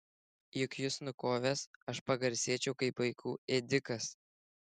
juk jus nukovęs aš pagarsėčiau kaip vaikų ėdikas